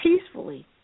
peacefully